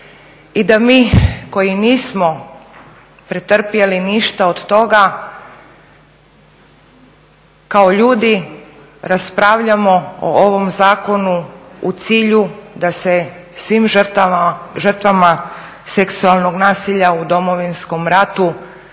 i da mi koji nismo pretrpjeli ništa od toga kao ljudi raspravljamo o ovom Zakonu u cilju da se svim žrtvama seksualnog nasilja u Domovinskom ratu